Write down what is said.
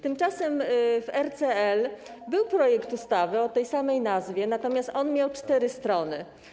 Tymczasem w RCL był projekt ustawy o tej samej nazwie, ale on miał 4 strony.